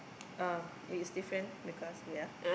um it's different because we are